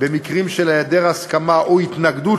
במקרים של היעדר הסכמה או התנגדות